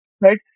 right